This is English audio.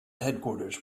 headquarters